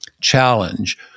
challenge